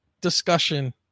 discussion